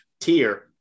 tier